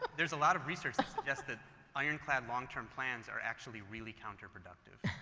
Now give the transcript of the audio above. there's a lot of research, that's the ironclad long term plans are actually really counterproductive.